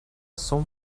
son